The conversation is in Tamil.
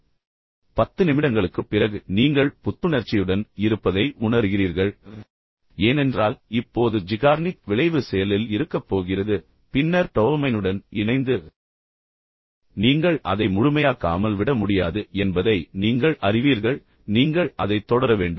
பின்னர் 10 நிமிடங்களுக்குப் பிறகு நீங்கள் ஏற்கனவே சார்ஜ் செய்யப்பட்டிருப்பதையும் ஏற்கனவே புத்துணர்ச்சியுடன் இருப்பதையும் உணருகிறீர்கள் ஏனென்றால் இப்போது ஜிகார்னிக் விளைவு செயலில் இருக்கப் போகிறது பின்னர் டோபமைனுடன் இணைந்து இப்போது நீங்கள் அதை முழுமையாக்காமல் விட முடியாது என்பதை நீங்கள் அறிவீர்கள் நீங்கள் அதைத் தொடர வேண்டும்